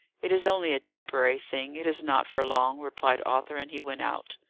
it is only a temporary thing it is not for long, replied arthur and he went out.